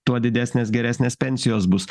tuo didesnės geresnės pensijos bus